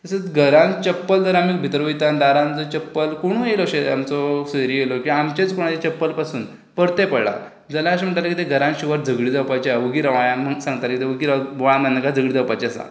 जर घरांत चप्पल जर आमी भितर वयता आनी दारान जर चप्पल कोणूय येयलो अशें आमचो सोयरी येयलो की आमचेच कोणे चप्पल पसून परतें पडलां जाल्यार अशें म्हणटाले तें घरान शुवर झगडी जावपाची आहा वोगी रावाया म्हुण सांगतालें ते वोगी राव बोवाळ मार नाकात झगडी जावपाची आसा